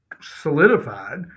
solidified